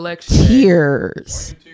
tears